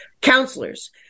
counselors